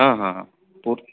ಹಾಂ ಹಾಂ ಹಾಂ ಓಕೆ